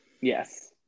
yes